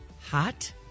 hot